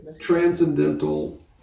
transcendental